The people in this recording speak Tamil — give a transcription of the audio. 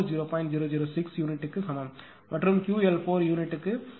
006 யூனிட்டுக்கு சமம் மற்றும் QL4 யூனிட்டுக்கு 0